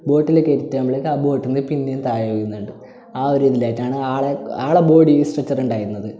ബോട്ടിൽ കയറ്റിട്ട് നമ്മൾ ബോട്ടിന്ന് പിന്നയും താഴെ വീഴുന്നുണ്ട് ആ ഒരു ഇതിലായിട്ടാണ് ആള് ആളെ ബോഡി സ്ട്രച്ചറുണ്ടായിരുന്നത്